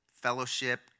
fellowship